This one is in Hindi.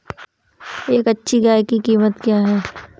एक अच्छी गाय की कीमत क्या है?